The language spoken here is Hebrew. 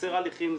לקצר הליכים.